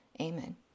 amen